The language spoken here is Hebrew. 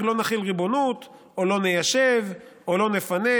לא נחיל ריבונות או לא ניישב או לא נפנה.